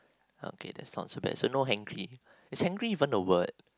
okay that's not so bad so no hangry is hangry even a word